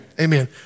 Amen